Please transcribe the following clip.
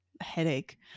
headache